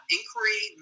Inquiry